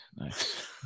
Nice